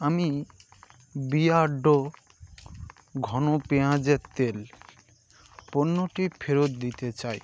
আমি বিয়ার্ড ঘন পেঁয়াজের তেল পণ্যটি ফেরত দিতে চাই